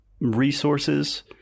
resources